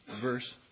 verse